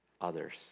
others